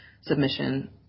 submission